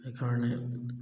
সেইকাৰণে